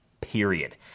period